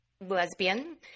lesbian